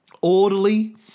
orderly